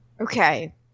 Okay